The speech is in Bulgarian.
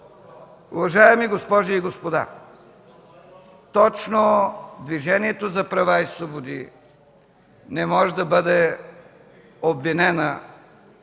Уважаеми дами и господа, точно Движението за права и свободи не може да бъде обвинено,